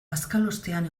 bazkalostean